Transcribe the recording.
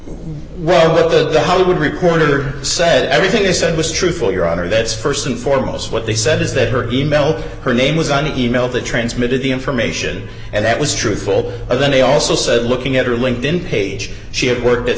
well that the hollywood reporter said everything they said was truthful your honor that's st and foremost what they said is that her e mail her name was an e mail the transmitted the information and that was truthful and then they also said looking at her linked in page she had worked at